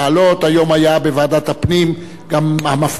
היום היה בוועדת הפנים גם המפכ"ל.